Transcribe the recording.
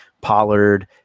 Pollard